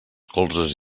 colzes